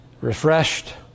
refreshed